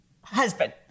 husband